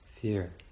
fear